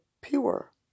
pure